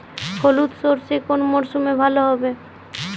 হলুদ সর্ষে কোন মরশুমে ভালো হবে?